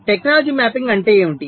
technology mapping అంటే ఏమిటి